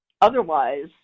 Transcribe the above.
Otherwise